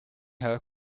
her